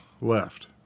left